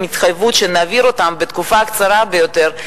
עם התחייבות שנעביר אותם בתקופה הקצרה ביותר,